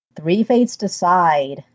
ThreeFatesDecide